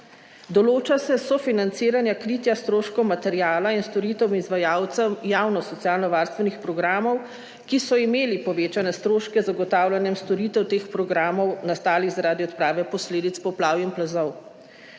določa se sofinanciranje kritja stroškov materiala in storitev izvajalcem javno socialno varstvenih programov, ki so imeli povečane stroške z zagotavljanjem storitev teh programov, nastalih zaradi odprave posledic poplav in plazov.